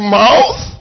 mouth